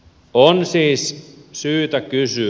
on siis syytä kysyä